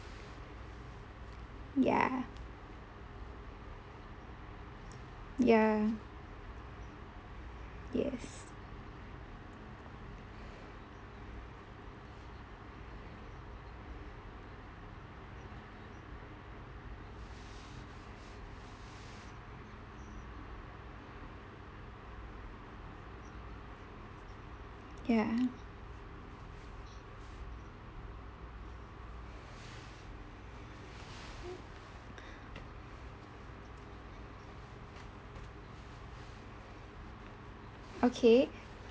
ya ya yes ya okay